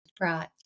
Right